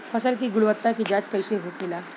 फसल की गुणवत्ता की जांच कैसे होखेला?